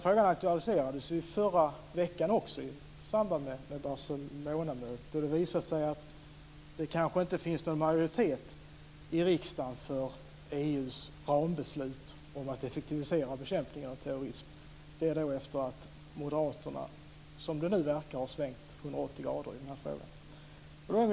Frågan aktualiserades i förra veckan i samband med Barcelonamötet. Det har visat sig att det kanske inte finns någon majoritet i riksdagen för EU:s rambeslut om att effektivisera bekämpningen av terrorism efter det att Moderaterna, som det nu verkar, har svängt 180 grader i frågan.